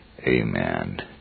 Amen